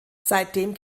seitdem